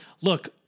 look